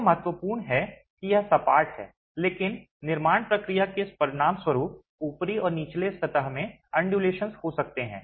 यह महत्वपूर्ण है कि यह सपाट है लेकिन निर्माण प्रक्रिया के परिणामस्वरूप ऊपरी और निचले सतह में undulations हो सकते हैं